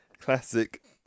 classic